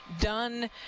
done